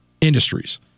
industries